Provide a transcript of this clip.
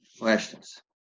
Questions